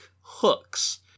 hooks